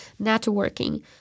networking